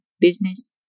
business